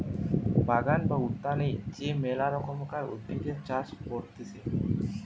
বাগান বা উদ্যানে যে মেলা রকমকার উদ্ভিদের চাষ করতিছে